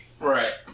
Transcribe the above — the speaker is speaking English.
right